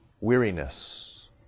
weariness